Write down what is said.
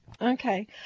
Okay